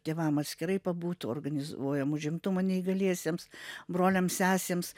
tėvam atskirai pabūt organizuojam užimtumą neįgaliesiems broliams sesėms